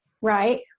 right